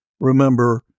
Remember